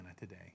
today